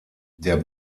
der